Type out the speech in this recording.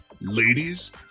ladies